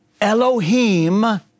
Elohim